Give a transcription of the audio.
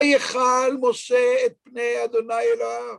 ויחל משה את פני ה' אלוהיו.